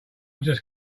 just